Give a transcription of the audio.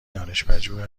دانشپژوه